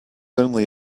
only